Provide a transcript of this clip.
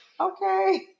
Okay